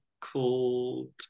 called